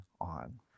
on